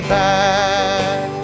back